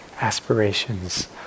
aspirations